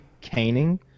caning